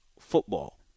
football